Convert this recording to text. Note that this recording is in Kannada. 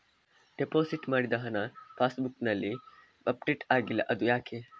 ಡೆಪೋಸಿಟ್ ಮಾಡಿದ ಹಣ ಪಾಸ್ ಬುಕ್ನಲ್ಲಿ ಅಪ್ಡೇಟ್ ಆಗಿಲ್ಲ ಅದು ಯಾಕೆ?